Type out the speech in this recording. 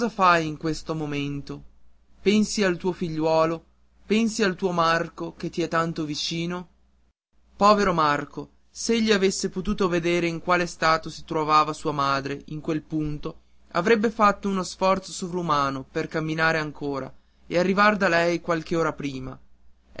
fai in questo momento pensi al tuo figliuolo pensi al tuo marco che ti è tanto vicino povero marco s'egli avesse potuto vedere in quale stato si trovava sua madre in quel punto avrebbe fatto uno sforzo sovrumano per camminare ancora e arrivar da lei qualche ora prima